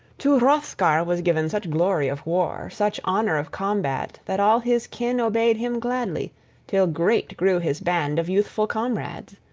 to hrothgar was given such glory of war, such honor of combat, that all his kin obeyed him gladly till great grew his band of youthful comrades.